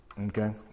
Okay